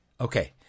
okay